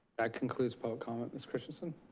that concludes public comment. ms. christenson?